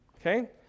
Okay